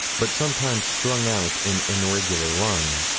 but sometimes strung out in an irregular line.